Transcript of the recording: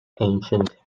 ancient